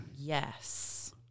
Yes